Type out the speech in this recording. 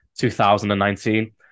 2019